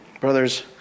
Brothers